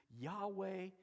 yahweh